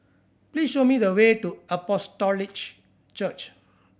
please show me the way to Apostolic Church